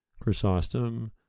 Chrysostom